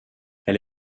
elle